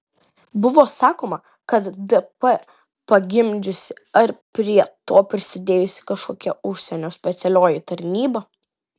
buvo sakoma kad dp pagimdžiusi ar prie to prisidėjusi kažkokia užsienio specialioji tarnyba